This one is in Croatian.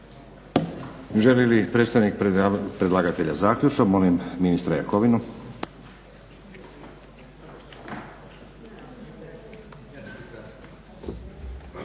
Želi li predstavnik predlagatelja zaključno? Molim ministra Jakovinu.